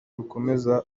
rukomeza